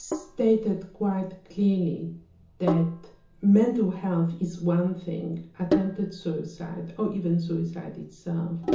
stated quite clearly that mental health is one thing attempted suicide or even suicide itself,